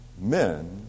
men